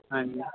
ਹਾਂਜੀ